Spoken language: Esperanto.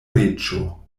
reĝo